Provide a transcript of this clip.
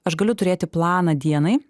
aš galiu turėti planą dienai